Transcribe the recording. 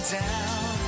down